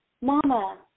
Mama